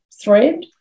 thread